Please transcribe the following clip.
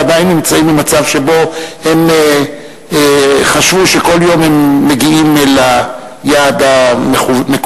ועדיין נמצאים במצב שבו הם חשבו שכל יום הם מגיעים ליעד המקווה.